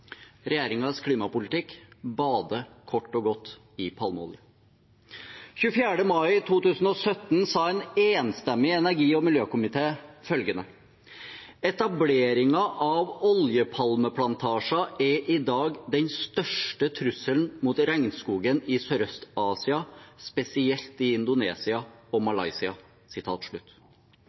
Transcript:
klimapolitikk bader kort og godt i palmeolje. Den 24. mai 2017 sa en enstemmig energi- og miljøkomité følgende: «Etableringen av oljepalmeplantasjer er i dag den største trusselen mot regnskogen i Sørøst-Asia, spesielt i Indonesia og Malaysia.»